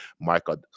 Michael